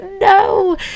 no